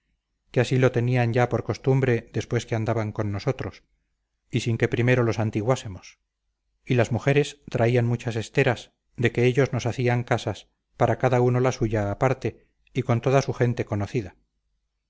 que así lo tenían ya por costumbre después que andaban con nosotros y sin que primero lo santiguásemos y las mujeres traían muchas esteras de que ellos nos hacían casas para cada uno la suya aparte y con toda su gente conocida